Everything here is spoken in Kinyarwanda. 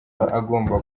bagomba